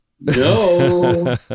No